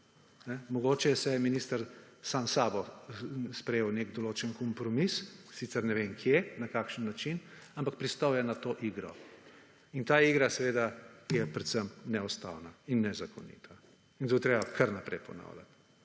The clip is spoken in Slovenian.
Mogoče se je minister sam s sabo sprejel nek določen kompromis, sicer ne vem kje, na kakšen način, ampak pristal je na to igro. In ta igra seveda je predvsem neustavna in nezakonita. In to je treba kar naprej ponavljat.